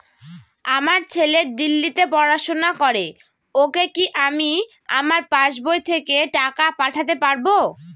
আমার ছেলে দিল্লীতে পড়াশোনা করে ওকে কি আমি আমার পাসবই থেকে টাকা পাঠাতে পারব?